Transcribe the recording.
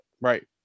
right